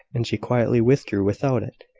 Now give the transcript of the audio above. and she quietly withdrew without it.